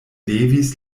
levis